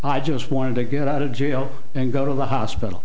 i just wanted to get out of jail and go to the hospital